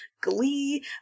glee